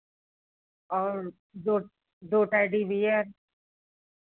और दो दो टेडी बियर